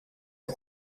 hij